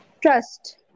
Trust